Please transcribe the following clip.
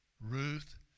Ruth